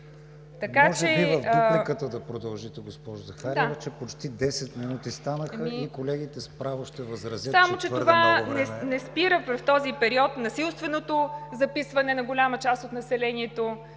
Може би в дупликата да продължите, госпожо Захариева, че почти 10 минути станаха и колегите с право ще възразят, че твърде много време…